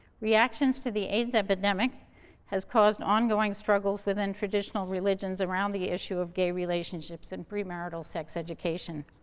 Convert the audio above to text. reactions to the aids epidemic has caused ongoing struggles within traditional religions around the issue of gay relationships and premarital sex education,